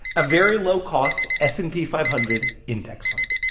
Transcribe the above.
a very low-cost s and p five hundred index fund.